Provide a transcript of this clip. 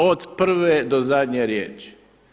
Od prve do zadnje riječi.